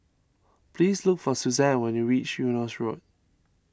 please look for Suzann when you reach Eunos Road